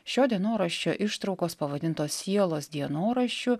šio dienoraščio ištraukos pavadintos sielos dienoraščiu